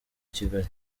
kigali